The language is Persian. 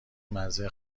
مزه